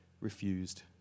refused